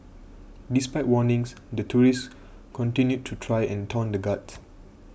despite warnings the tourists continued to try and taunt the guards